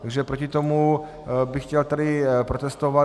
Takže proti tomu bych chtěl tady protestovat.